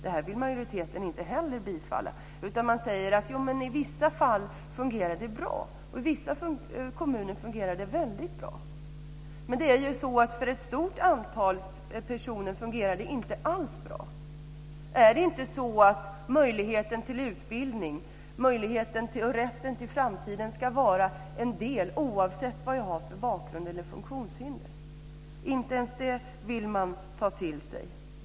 Det här vill majoriteten inte heller bifalla, utan man säger att det fungerar bra i vissa fall. I vissa kommuner fungerar det väldigt bra. Men för ett stort antal personer fungerar det inte alls bra. Ska jag inte ha möjlighet till utbildning och rätt till en framtid oavsett vad jag har för bakgrund eller funktionshinder? Inte ens det vill man ta till sig.